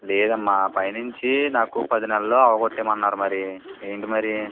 లేదమ్మా పైనుంచి నాకు పది నెలల్లో అవగొట్టేయమన్నారు మరి ఏంటి మరి